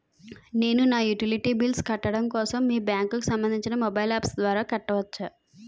నేను నా utility bills కట్టడం కోసం మీ బ్యాంక్ కి సంబందించిన మొబైల్ అప్స్ ద్వారా కట్టవచ్చా?